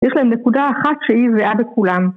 יש להם נקודה אחת שהיא זהה בכולם.